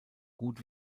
gut